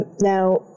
now